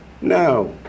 no